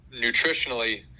nutritionally